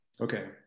Okay